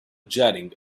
jetting